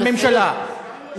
להמליץ לממשלה,